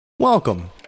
Welcome